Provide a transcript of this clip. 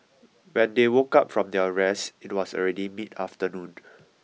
when they woke up from their rest it was already mid afternoon